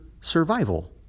survival